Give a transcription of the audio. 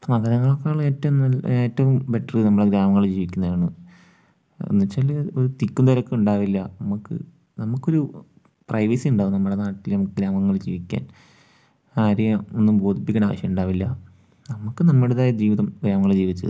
നഗരങ്ങളേക്കാളും ഏറ്റവും ഏറ്റവും ബെറ്റർ നമ്മുടെ ഗ്രാമങ്ങളിൽ ജീവിക്കുന്നതാണ് എന്നു വെച്ചാല് തിക്കും തിരക്കും ഉണ്ടാവില്ല നമുക്ക് നമുക്കൊരു പ്രൈവസി ഉണ്ടാവും നമ്മുടെ നാട്ടിലെ ഗ്രാമങ്ങളിൽ ജീവിക്കാൻ ആരെയും ഒന്നും ബോധിപ്പിക്കേണ്ട ആവശ്യം ഉണ്ടാവില്ല നമുക്ക് നമ്മുടേതായ ജീവിതം ഗ്രാമങ്ങളിൽ ജീവിച്ച് തീർക്കാം